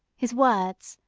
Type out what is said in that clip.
his words,